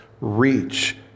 reach